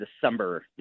December